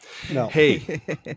Hey